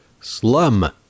Slum